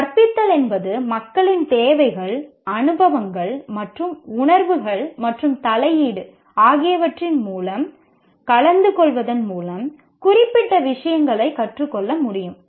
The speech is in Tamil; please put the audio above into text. கற்பித்தல் என்பது மக்களின் தேவைகள் அனுபவங்கள் மற்றும் உணர்வுகள் மற்றும் தலையீடு ஆகியவற்றின் மூலம் கலந்துகொள்வதன் மூலம் குறிப்பிட்ட விஷயங்களைக் கற்றுக்கொள்ள முடியும்